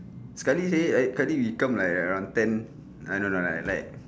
sekali actually sekali we come like around ten I don't know like like